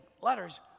letters